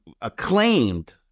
acclaimed